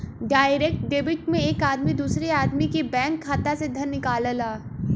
direct debit में एक आदमी दूसरे आदमी के बैंक खाता से धन निकालला